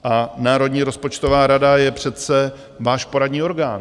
A Národní rozpočtová rada je přece váš poradní orgán.